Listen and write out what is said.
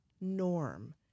norm